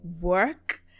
work